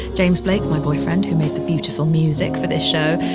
james blake, my boyfriend who made the beautiful music for this show.